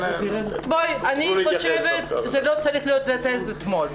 אני חושבת שזה היה צריך להיות אתמול.